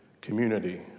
community